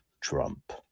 Trump